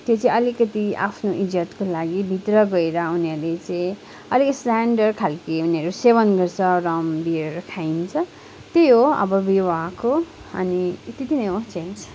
त्यो चाहिँ आलिकति आफ्नो इज्जतको लागि भित्र गएर उनीहरूले चाहिँ अलिक स्टेनडर्ड खालको उनीहरू सेवन गर्छ रम बियर खाइन्छ त्यही हो अब विवाहको अनि त्यति नै हो चेन्ज